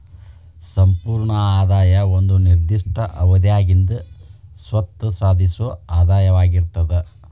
ಸಂಪೂರ್ಣ ಆದಾಯ ಒಂದ ನಿರ್ದಿಷ್ಟ ಅವಧ್ಯಾಗಿಂದ್ ಸ್ವತ್ತ ಸಾಧಿಸೊ ಆದಾಯವಾಗಿರ್ತದ